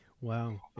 wow